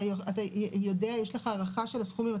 יש לך הערכה של הסכומים?